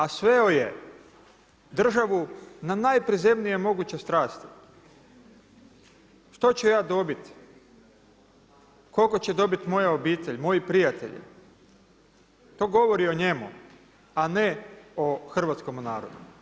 A sveo je državu na najprizemnije moguće strasti: što ću ja dobiti, koliko će dobiti moja obitelj, moji prijatelji, to govori o njemu a ne o hrvatskome narodu.